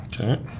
Okay